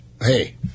hey